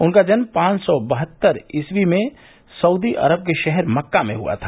उनका जन्म पांच सौ बहत्तर ईसवी में सऊदी अरब के शहर मक्का में हुआ था